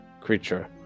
creature